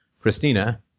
Christina